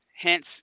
Hence